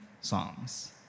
songs